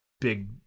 big